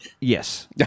Yes